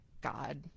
God